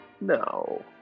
No